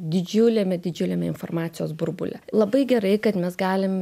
didžiuliame didžiuliame informacijos burbule labai gerai kad mes galim